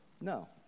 No